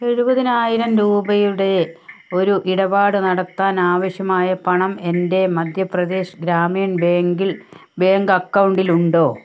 എഴുപതിനായിരം രൂപയുടെ ഒരു ഇടപാട് നടത്താൻ ആവശ്യമായ പണം എൻ്റെ മധ്യപ്രദേശ് ഗ്രാമീൺ ബാങ്കിൽ ബാങ്ക് അക്കൗണ്ടിൽ ഉണ്ടോ